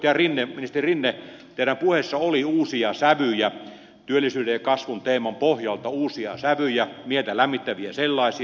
ministeri rinne teidän puheessanne oli työllisyyden ja kasvun teeman pohjalta uusia sävyjä mieltä lämmittäviä sellaisia